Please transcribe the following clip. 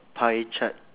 pie chart